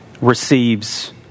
receives